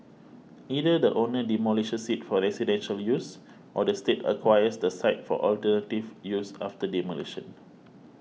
either the owner demolishes it for residential use or the State acquires the site for alternative use after demolition